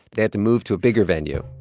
they had to move to a bigger venue.